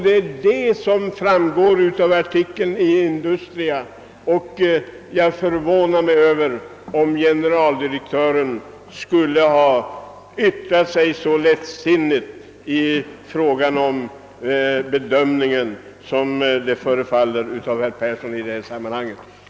Det är om djurens tillvaro som artikeln i Industria handlar. Det skulle förvåna mig om generaldirektören bedömt denna fråga så lättsinnigt som herr Persson vill göra gällande.